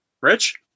Rich